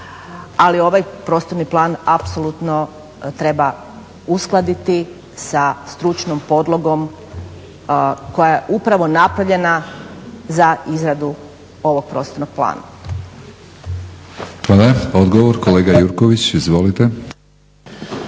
ali ovaj prostorni plan apsolutno treba uskladiti sa stručnom podlogom koja je upravo napravljena za izradu ovog prostornog plana. **Batinić, Milorad (HNS)** Hvala. Odgovor, kolega Jurković. Izvolite.